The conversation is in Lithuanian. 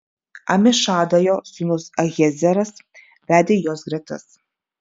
amišadajo sūnus ahiezeras vedė jos gretas